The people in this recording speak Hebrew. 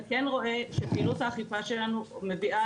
אתה כן רואה שפעילות האכיפה שלנו מביאה